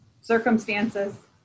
circumstances